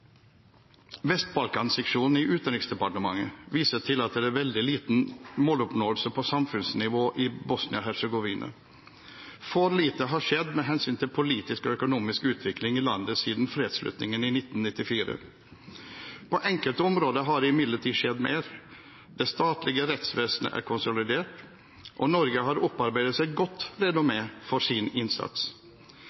i Utenriksdepartementet viser til at det er veldig liten måloppnåelse på samfunnsnivå i Bosnia-Hercegovina. For lite har skjedd med hensyn til politisk og økonomisk utvikling i landet siden fredsslutningen i 1995. På enkelte områder har det imidlertid skjedd mer. Det statlige rettsvesenet er konsolidert, og Norge har opparbeidet seg et godt